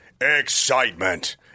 Excitement